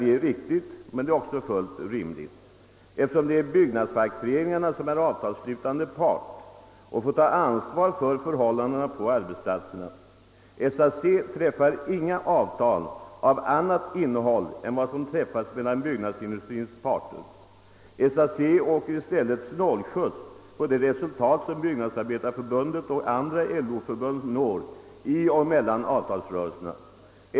Detta är riktigt men också fullt rimligt, eftersom det är byggnadsfackföreningarna som är avtalsslutande part och får ta ansvar för förhållandena på arbetsplatserna. SAC träffar inga avtal av annat innehåll än de avtal som träffats mellan byggnadsindustriens parter — SAC åker i stället snålskjuts på de resultat som Byggnadsarbetareförbundet och andra LO-förbund når i och mellan avtalsrörelserna.